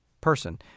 person